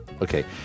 Okay